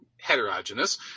heterogeneous